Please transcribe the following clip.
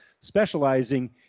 specializing